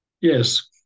yes